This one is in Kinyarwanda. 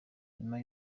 nyuma